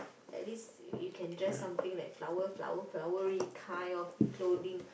at least you can dress something like flower flower flowery kind of clothing